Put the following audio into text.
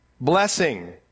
blessing